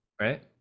right